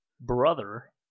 brother